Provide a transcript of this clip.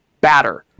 batter